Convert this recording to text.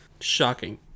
shocking